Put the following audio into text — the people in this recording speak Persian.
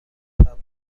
طبله